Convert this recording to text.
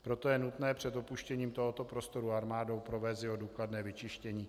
Proto je nutné před opuštěním tohoto prostoru armádou provést jeho důkladné vyčištění.